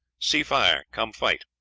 see fire come fight.